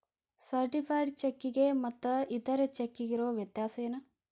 Certified ಚೆಕ್ಕಿಗೆ ಮತ್ತ್ ಇತರೆ ಚೆಕ್ಕಿಗಿರೊ ವ್ಯತ್ಯಸೇನು?